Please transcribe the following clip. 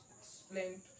explain